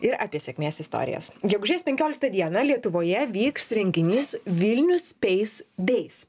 ir apie sėkmės istorijas gegužės penkioliktą dieną lietuvoje vyks renginys vilnius space days